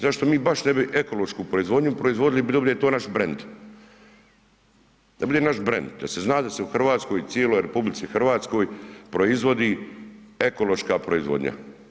Zašto mi baš ne bi ekološku proizvodnju proizvodili i bilo bi da je to naš brend, da bude naš brend, da se zna da se u RH, u cijeloj RH proizvodi ekološka proizvodnja.